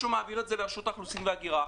או מעביר את זה לרשות האוכלוסין וההגירה.